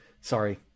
Sorry